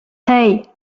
hey